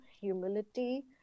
humility